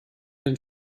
den